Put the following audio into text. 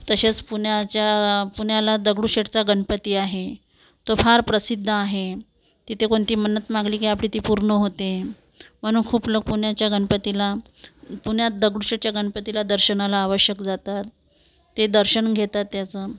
तसेच पुण्याच्या पुण्याला दगडूशेठचा गणपती आहे तो फार प्रसिद्ध आहे तिथे कोणती मन्नत मागली की आपली ती पूर्ण होते म्हणून खूप लोक पुण्याच्या गणपतीला पुण्यात दगडूशेठच्या गणपतीला दर्शनाला आवश्यक जातात ते दर्शन घेतात त्याचं